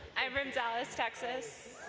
i'm from dallas, texas